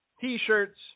T-shirts